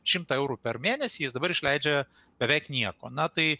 šimtą eurų per mėnesį jis dabar išleidžia beveik nieko na tai